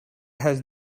has